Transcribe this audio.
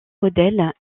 modèles